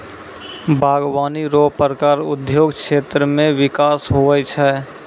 बागवानी रो प्रकार उद्योग क्षेत्र मे बिकास हुवै छै